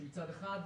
כשמצד אחד,